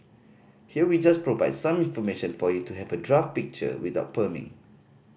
here we just provide some information for you to have a draft picture without perming